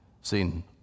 Seen